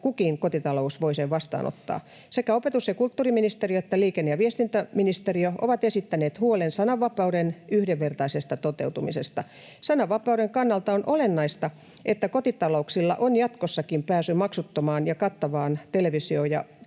kukin kotitalous sen voi vastaanottaa. Sekä opetus- ja kulttuuriministeriö että liikenne- ja viestintäministeriö ovat esittäneet huolen sananvapauden yhdenvertaisesta toteutumisesta. Sananvapauden kannalta on olennaista, että kotitalouksilla on jatkossakin pääsy maksuttomaan ja kattavaan televisio-ohjelmistoon